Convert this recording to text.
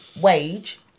wage